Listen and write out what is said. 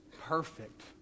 Perfect